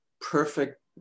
perfect